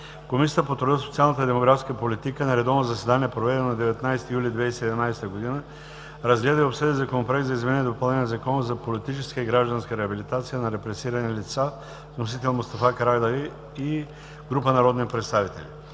Комисията по труда, социалната и демографската политика на редовно заседание, проведено на 19 юли 2017 г., разгледа и обсъди Законопроект за изменение и допълнение на Закона за политическа и гражданска реабилитация на репресирани лица с вносители Мустафа Карадайъ и група народни представители.